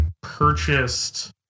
purchased